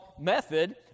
method